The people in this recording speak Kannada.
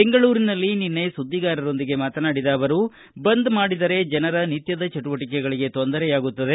ಬೆಂಗಳೂರಿನಲ್ಲಿ ನಿನ್ನೆ ಸುದ್ದಿಗಾರರೊಂದಿಗೆ ಮಾತನಾಡಿದ ಅವರು ಬಂದ್ ಮಾಡಿದರೆ ಜನರ ನಿತ್ಯ ಚಟುವಟಿಕೆಗಳಿಗೆ ತೊಂದರೆಯಾಗುತ್ತದೆ